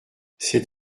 c’est